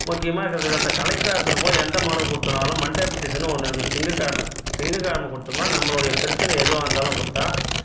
முக்கியமாக இருக்கிறது இந்த கலெக்டர் ஆஃபீஸில் போய் எந்த மனு கொடுத்துனாலும் மண்டே பெட்டிசன்னு ஒன்று இருக்குது திங்கக்கிழம திங்கக்கிழம கொடுத்தோம்னா நம்மளுடைய பிரச்சின எதுவாக இருந்தாலும் கொடுத்தா